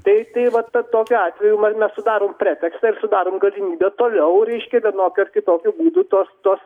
tai tai vat tokiu atveju man mes sudarom pretekstą ir sudarom galimybę toliau reiškia vienokiu ar kitokiu būdu tuos tuos